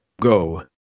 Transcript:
go